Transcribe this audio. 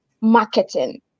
marketing